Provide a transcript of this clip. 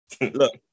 Look